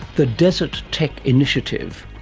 the desert tech initiative.